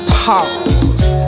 pause